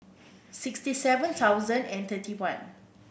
sixty seven thousand and thirty one